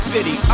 City